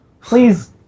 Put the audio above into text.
Please